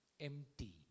empty